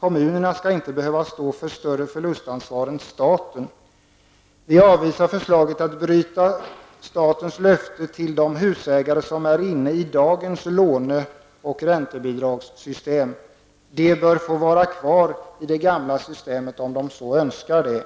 Kommunerna skall inte behöva stå för större förlustansvar än staten. Vi avvisar förslaget att bryta statens löfte till de husägare som är inne i dagens låne och räntebidragssystem. De bör få vara kvar i det gamla systemet om de önskar det.